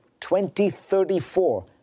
2034